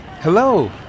Hello